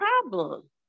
problem